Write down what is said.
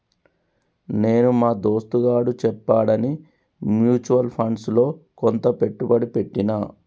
నేను మా దోస్తుగాడు చెప్పాడని మ్యూచువల్ ఫండ్స్ లో కొంత పెట్టుబడి పెట్టిన